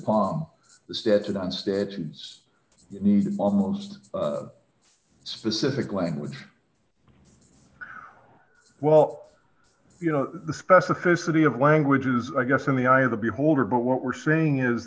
the statute i'm statutes you need the most specific language well you know the specificity of languages i guess in the eye of the beholder but what we're saying is